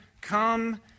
come